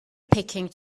picking